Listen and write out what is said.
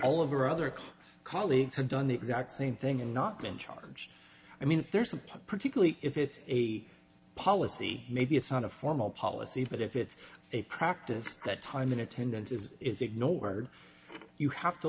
all of our other colleagues have done the exact same thing and not been charged i mean if there's some particularly if it's a policy maybe it's not a formal policy but if it's a practice that time in attendance is is ignored you have to